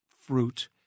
fruit